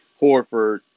Horford